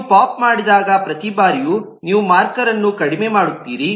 ನೀವು ಪೋಪ್ ಮಾಡಿದಾಗ ಪ್ರತಿ ಬಾರಿಯೂ ನೀವು ಮಾರ್ಕರ್ಅನ್ನು ಕಡಿಮೆ ಮಾಡುತ್ತೀರಿ